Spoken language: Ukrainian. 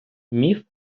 міф